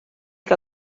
que